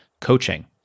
coaching